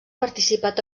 participat